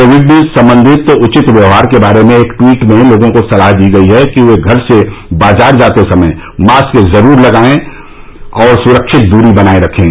Covid संबंधित उचित व्यवहार के बारे में एक ट्वीट में लोगों को सलाह दी गई है कि वे घर से बाजार जाते समय मास्क जरूर लगाए रखें और सुरक्षित दूरी बनाए रखें